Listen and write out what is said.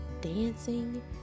dancing